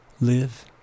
live